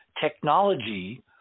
technology